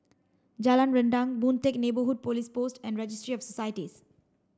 Jalan Rendang Boon Teck Neighbourhood Police Post and Registry of Societies